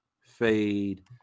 fade